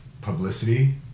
publicity